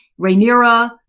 Rhaenyra